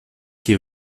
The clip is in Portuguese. que